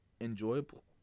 enjoyable